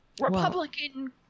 republican